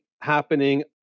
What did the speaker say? happening